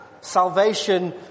Salvation